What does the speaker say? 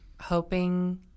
hoping